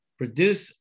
produce